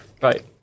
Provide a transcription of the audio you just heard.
Right